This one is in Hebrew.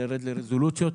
נרד לרזולוציות.